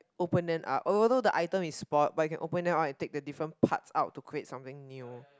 open it out although the item is spot but you can open out and take the different parts out to create something new